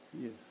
Yes